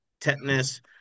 tetanus